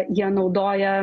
jie naudoja